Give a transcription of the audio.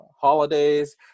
holidays